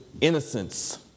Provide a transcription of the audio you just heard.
innocence